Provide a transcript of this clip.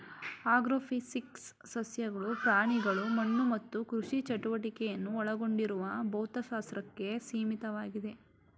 agrophysics ಸಸ್ಯಗಳು ಪ್ರಾಣಿಗಳು ಮಣ್ಣು ಮತ್ತು ಕೃಷಿ ಚಟುವಟಿಕೆಯನ್ನು ಒಳಗೊಂಡಿರುವ ಭೌತಶಾಸ್ತ್ರಕ್ಕೆ ಸೀಮಿತವಾಗಿದೆ